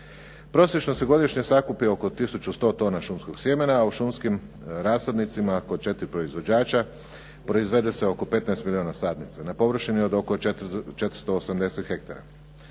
Prosječno se godišnje sakupi oko tisuću 100 šumskog sjemena, a u šumskim rasadnicima kod 4 proizvođača proizvede se oko 15 milijuna sadnica na površini od oko 480 hektara.